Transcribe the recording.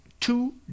two